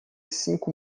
cinco